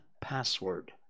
password